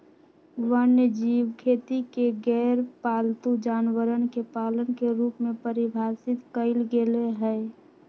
वन्यजीव खेती के गैरपालतू जानवरवन के पालन के रूप में परिभाषित कइल गैले है